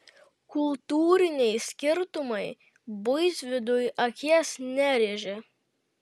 kultūriniai skirtumai buitvidui akies nerėžė